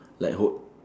like hold